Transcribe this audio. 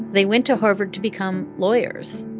they went to harvard to become lawyers.